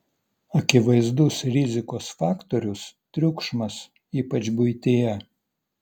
akivaizdus rizikos faktorius triukšmas ypač buityje